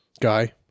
Guy